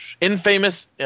Infamous